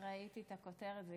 ראיתי את הכותרת.